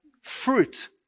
fruit